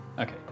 Okay